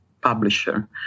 publisher